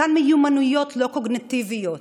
אותן מיומנויות לא קוגניטיביות: